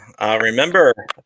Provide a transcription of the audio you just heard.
Remember